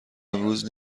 امروز